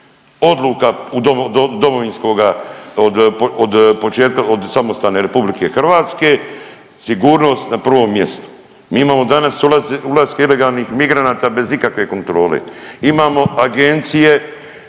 od početka od samostalne Republike Hrvatske, sigurnost na prvom mjestu. Mi imamo danas ulaske ilegalnih migranata bez ikakve kontrole. Imamo agencije